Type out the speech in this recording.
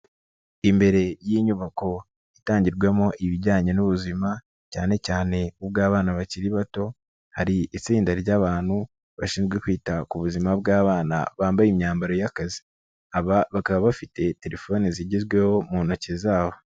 Imbere y'inyubako itangirwamo ibijyanye n'ubuzima cyane cyane ubw'abana bakiri bato, hari itsinda ry'abantu bashinzwe kwita ku buzima bw'abana bambaye imyambaro y'akazi, aba bakaba bafite telefoni zigezweho mu ntoki zabo.